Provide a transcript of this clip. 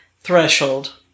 threshold